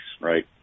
right